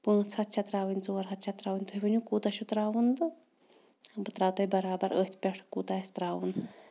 پٲنٛژھ ہَتھ چھےٚ ترٛاوٕنۍ ژور ہَتھ چھےٚ ترٛاوٕنۍ تُہۍ ؤنِو کوٗتاہ چھُ ترٛاوُن تہٕ بہٕ ترٛاوٕ تۄہہِ بَرابَر أتھۍ پٮ۪ٹھ کوٗتاہ آسہِ ترٛاوُن